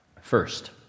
First